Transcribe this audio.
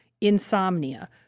insomnia